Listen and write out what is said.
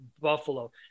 Buffalo